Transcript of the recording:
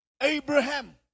abraham